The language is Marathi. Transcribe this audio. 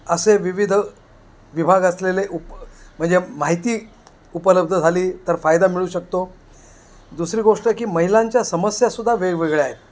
असे विविध विभाग असलेले उप म्हणजे माहिती उपलब्ध झाली तर फायदा मिळू शकतो दुसरी गोष्ट की महिलांच्या समस्यासुद्धा वेगवेगळ्या आहेत